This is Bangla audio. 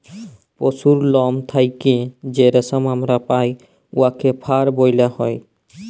পশুর লম থ্যাইকে যে রেশম আমরা পাই উয়াকে ফার ব্যলা হ্যয়